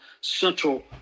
central